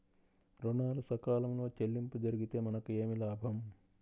ఋణాలు సకాలంలో చెల్లింపు జరిగితే మనకు ఏమి లాభం?